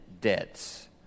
debts